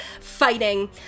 fighting